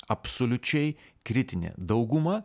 absoliučiai kritinė dauguma